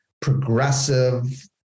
progressive